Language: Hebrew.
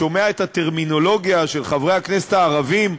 את הטרמינולוגיה של חברי הכנסת הערבים,